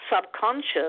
subconscious